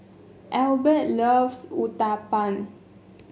Elbert loves Uthapam